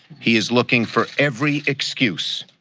he is looking for every excuse.